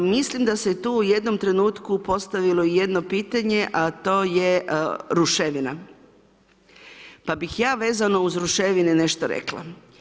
Mislim da se tu u jednom trenutku postavilo jedno pitanje to je ruševina pa bih ja vezano uz ruševine nešto rekla.